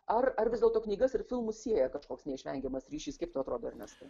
ar ar vis dėlto knygas ir filmus sieja kažkoks neišvengiamas ryšys kaip tau atrodo ernestai